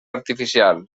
artificial